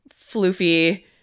floofy